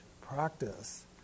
practice